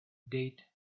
date